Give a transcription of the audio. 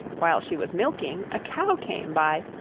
while she was milking, a cow came by,